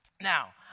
Now